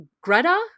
Greta